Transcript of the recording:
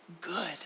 good